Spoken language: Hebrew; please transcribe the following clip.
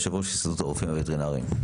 יו"ר הסתדרות הרופאים הווטרינרים.